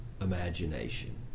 imagination